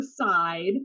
side